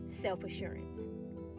Self-Assurance